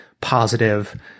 positive